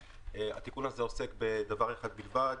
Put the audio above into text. עוסק בדבר אחד בלבד,